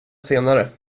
senare